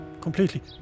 completely